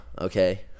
Okay